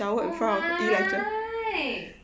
oh my